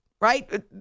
Right